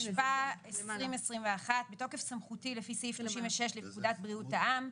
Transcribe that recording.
התשפ"א 2021 בתוקף סמכותי לפי סעיף 36 לפקודת בריאות העם,